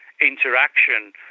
interaction